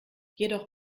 jedoch